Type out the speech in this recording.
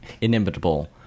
inimitable